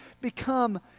become